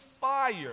fire